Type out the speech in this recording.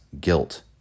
guilt